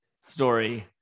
story